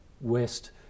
west